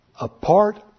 Apart